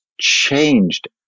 changed